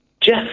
Jeff